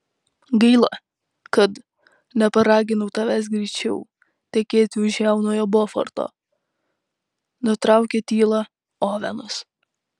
gaila kad neparaginau tavęs greičiau tekėti už jaunojo boforto nutraukė tylą ovenas